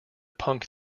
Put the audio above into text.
punk